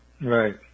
Right